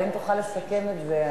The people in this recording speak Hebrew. אבל אם תוכל לסכם את זה,